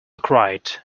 cried